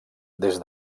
des